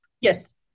yes